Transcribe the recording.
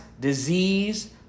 disease